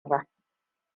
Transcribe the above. ba